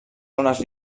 zones